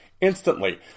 instantly